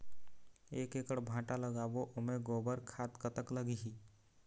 एक एकड़ भांटा लगाबो ओमे गोबर खाद कतक लगही?